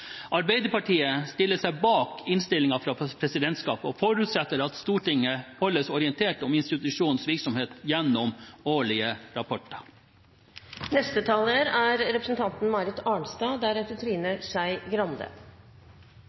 Arbeiderpartiet stiller seg bak innstillingen fra presidentskapet og forutsetter at Stortinget holdes orientert om institusjonens virksomhet gjennom årlige rapporter. Det er